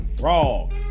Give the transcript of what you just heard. wrong